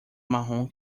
marrom